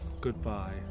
goodbye